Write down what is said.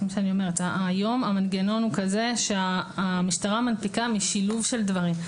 היום המנגנון הוא כזה שהמשטרה מנפיקה משילוב של דברים,